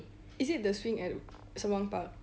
is it the swing at sembawang park